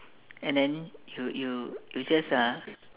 and then you you you just uh